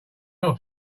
not